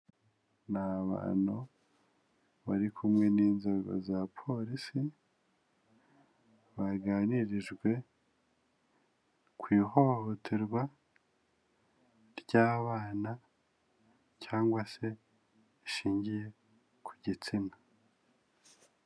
Ni abantu bari kumwe n'inzego za polisi, baganirijwe ku ihohoterwa ry'abana cyangwa se rishingiye ku gitsina.